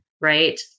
right